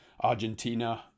Argentina